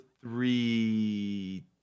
three